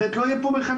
אחרת לא יהיו פה מחנכים.